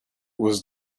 was